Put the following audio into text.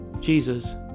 Jesus